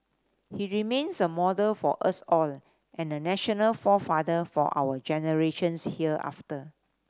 he remains a model for us all and a national forefather for our generations hereafter